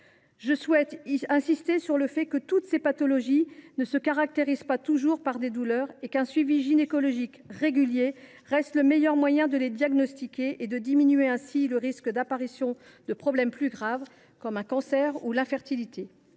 Je souhaite y insister, ces pathologies ne se caractérisent pas toujours par des douleurs, et un suivi gynécologique régulier reste le meilleur moyen de les diagnostiquer et de diminuer ainsi le risque d’apparition de problèmes plus graves, comme un cancer ou l’infertilité.